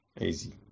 Easy